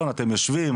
אתם יושבים,